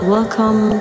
Welcome